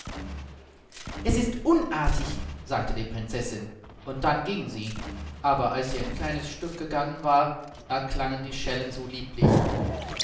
er ist unartig sagte die prinzessin und dann ging sie aber als sie ein kleines stück gegangen war erklangen die schellen so lieblich